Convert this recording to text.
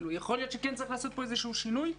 יכול להיות שצריך לעשות פה איזשהו שינוי.